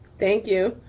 thank you.